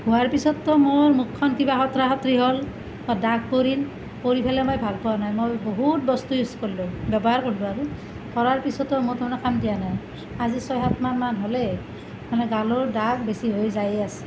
ধোৱাৰ পিছততো মোৰ মুখখন কিবা শোটোৰা শোটোৰি হ'ল দাগ পৰিল ঘঁহি পেলাই মই ভাল পোৱা নাই মই বহুত বস্তু ইউজ কৰিলোঁ ব্যৱহাৰ কৰিলোঁ আৰু কৰাৰ পিছতো মোৰ তাৰমানে কাম দিয়া নাই আজি ছয় সাতমাহ মান হ'লেই মানে গালৰ দাগ বেছি হৈ যায়েই আছে